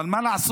אבל מה לעשות